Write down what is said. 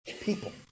people